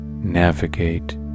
navigate